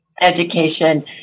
education